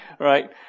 Right